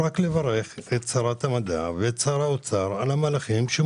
אני רוצה לברך את שרת המדע ואת שר האוצר על המהלכים שהם